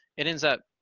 it ends up,